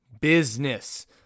business